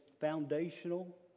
foundational